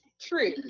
True